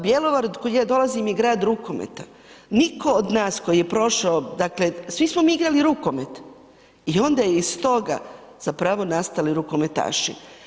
Bjelovar od kuda je dolazim je grad rukometa, niko od nas tko je prošao, dakle svi smo mi igrali rukomet i onda je iz toga zapravo nastali rukometaši.